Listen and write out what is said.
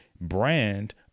brand